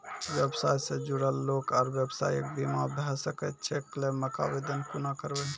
व्यवसाय सॅ जुड़ल लोक आर व्यवसायक बीमा भऽ सकैत छै? क्लेमक आवेदन कुना करवै?